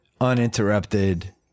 uninterrupted